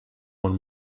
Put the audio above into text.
one